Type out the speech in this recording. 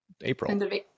April